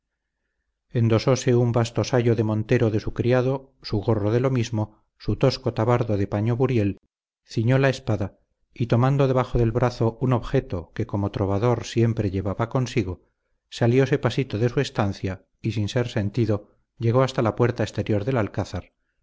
endosóse un basto sayo de montero de su criado su gorro de lo mismo su tosco tabardo de paño buriel ciñó la espada y tomando debajo del brazo un objeto que como trovador siempre llevaba consigo salióse pasito de su estancia y sin ser sentido llegó hasta la puerta exterior del alcázar